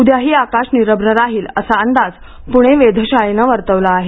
उद्याही आकाश निरभ्र राहिल असा अंदाज पुणे वेधशाळेनं वर्तवला आहे